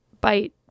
bite